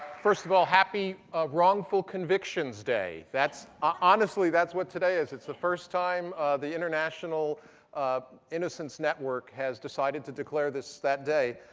first of all, happy wrongful convictions day. honestly, that's what today is. it's the first time the international innocence network has decided to declare this that day.